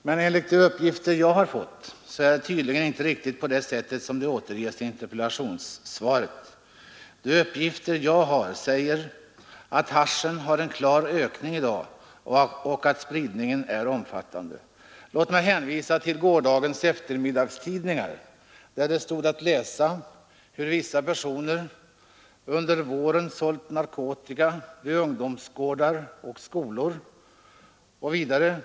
Men enligt de uppgifter jag fått är det inte riktigt så som det sägs i interpellationssvaret. I stället lär det vara så att bruket av hasch visar en klar ökning och att spridningen är omfattande. Jag vill här också hänvisa till gårdagens eftermiddagstidningar, där det stod att läsa hur vissa personer under våren har sålt narkotika vid ungdomsgårdar och skolor.